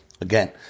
again